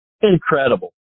Incredible